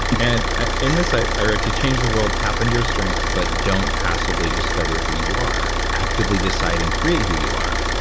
and ah in this i wrote, to change the world tap into and your strengths, but don't passively discover who you are. actively decide and create who you are.